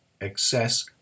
excess